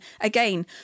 again